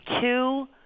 two